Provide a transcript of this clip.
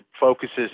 focuses